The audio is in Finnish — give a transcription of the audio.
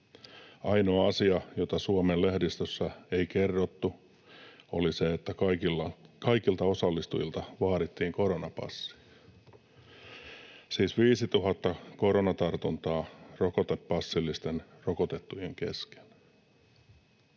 Ainoa asia, jota Suomen lehdistössä ei kerrottu, oli se, että kaikilta osallistujilta vaadittiin koronapassi. Siis 5 000 koronatartuntaa rokotepassillisten rokotettujen kesken.